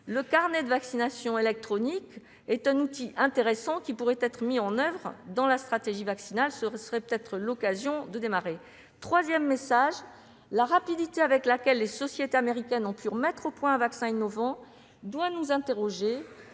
Le carnet de vaccination électronique est un outil intéressant, qui pourrait être mis en oeuvre dans la stratégie vaccinale. Troisièmement, la rapidité avec laquelle les sociétés américaines ont pu mettre au point un vaccin innovant doit nous interroger